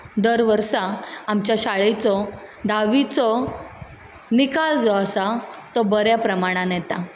दर वर्सा आमच्या शाळेचो धावीचो निकाल जो आसा तो बऱ्या प्रमाणान येता